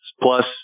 plus